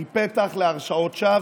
היא פתח להרשעות שווא,